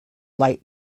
light